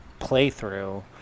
playthrough